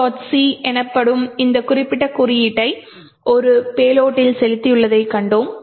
c எனப்படும் இந்த குறிப்பிட்ட குறியீட்டை ஒரு பேலோடில் செலுத்தியுள்ளதைக் கண்டோம்